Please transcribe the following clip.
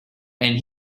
and